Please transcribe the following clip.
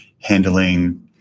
handling